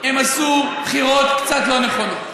עשו בחירות קצת לא נכונות?